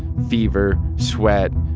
fever, sweat,